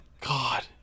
God